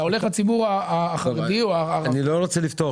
אם אתה הולך לציבור החרדי או הערבי--- אני לא רוצה לפתוח